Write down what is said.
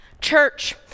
Church